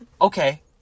okay